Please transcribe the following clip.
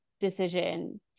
decision